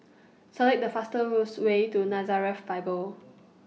Select The fastest Way to Nazareth Bible